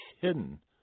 hidden